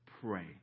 pray